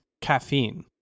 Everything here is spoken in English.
caffeine